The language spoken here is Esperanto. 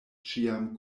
ĉiam